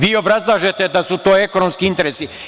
Vi obrazlažete da su to ekonomski interesi.